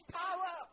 power